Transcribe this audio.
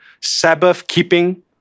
Sabbath-keeping